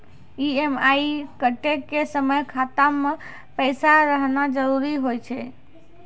EMI कटै के समय खाता मे पैसा रहना जरुरी होय छै